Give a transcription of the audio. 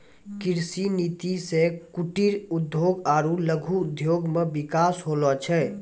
कृषि नीति से कुटिर उद्योग आरु लघु उद्योग मे बिकास होलो छै